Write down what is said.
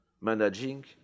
managing